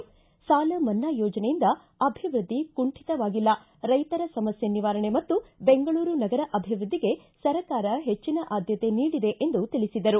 ಸಾಲ ಮನ್ನಾ ಯೋಜನೆಯಿಂದ ಅಭಿವೃದ್ಧಿ ಕುಂಠಿತವಾಗಿಲ್ಲ ರೈತರ ಸಮಸ್ಕೆ ನಿವಾರಣೆ ಮತ್ತು ಬೆಂಗಳೂರು ನಗರ ಅಭಿವೃದ್ಧಿಗೆ ಸರ್ಕಾರ ಹೆಚ್ಚಿನ ಆದ್ಯತೆ ನೀಡಿದೆ ಎಂದು ತಿಳಿಸಿದರು